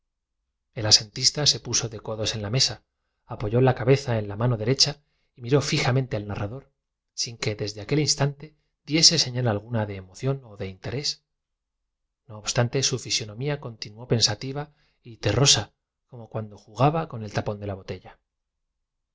el asentista se puso de codos en la mesa apoyó soldados promovían al andar el murmullo de las mil voces la vista del la cabeza en la mano derecha y miró fijamente al narrador sin que cielo y la frescura del aire el aspecto de andernach y el estremeci desde aquel instante diese señal alguna de emoción o de interés no miento de las aguas del rhin constituían otras tantas impresiones obstante su fisonomía continuó pensativa y terrosa como cuando ju que llegaban al alma de próspero vagas incoherentes turbias como gaba con el tapón de la botella